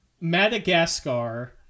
Madagascar